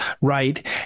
right